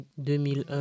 2001